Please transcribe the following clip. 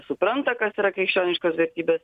supranta kas yra krikščioniškos vertybės